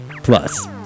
Plus